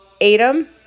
Adam